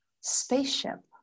Spaceship